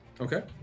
Okay